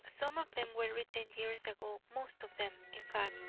some of them were written years ago most of them, in fact.